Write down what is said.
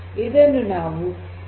ಇದನ್ನು ನಾವು ಸಂಪರ್ಕ ಎಂದು ಕರೆಯೋಣ